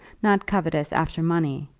not covetous after money,